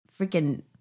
freaking